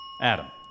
Adam